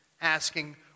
asking